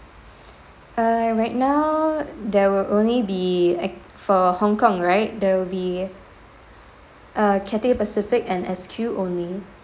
uh right now there will only be ac~ for hong kong right there will be uh Cathay Pacific and S_Q only